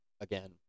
again